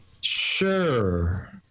sure